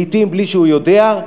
לעתים בלי שהוא יודע,